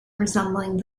resembling